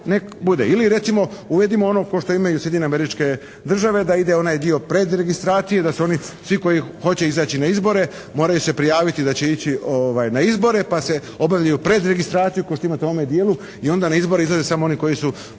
nek bude. Ili recimo uvedimo ono ko što imaju Sjedinjene Američke Države da ide onaj dio predregistracije. Da se oni svi koji hoće izaći na izbore moraju se prijaviti da će ići na izbore, pa se obavljaju predregistraciju ko što imate u ovome dijelu i onda na izbore izlaze samo oni koji su